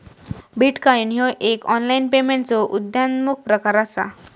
bitcoin ह्यो एक online पेमेंटचो उद्योन्मुख प्रकार असा